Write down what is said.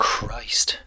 Christ